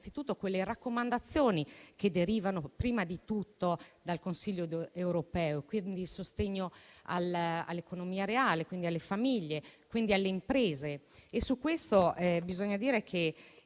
innanzitutto alle raccomandazioni che derivano prima di tutto dal Consiglio europeo, e quindi sostegno all'economia reale, alle famiglie, alle imprese.